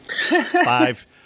five